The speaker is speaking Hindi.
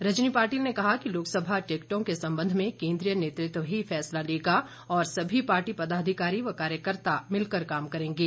रजनी पाटिल ने कहा कि लोकसभा टिकटों के संबंध में केन्द्रीय नेतृत्व ही फैसला लेगा और सभी पार्टी पदाधिकारी व कार्यकर्ता मिलकर काम करेंगे